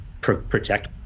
protect